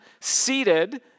seated